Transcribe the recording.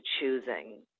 choosing